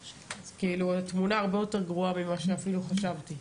כאילו, התמונה הרבה יותר גרועה ממה שאפילו חשבתי.